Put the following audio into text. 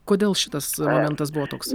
kodėl šitas variantas buvo toks